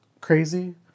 crazy